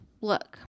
look